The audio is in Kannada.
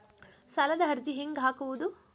ಸಾಲದ ಅರ್ಜಿ ಹೆಂಗ್ ಹಾಕುವುದು?